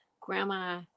grandma